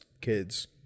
kids